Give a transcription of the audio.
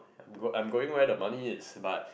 I'm go I'm going where the money is but